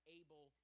able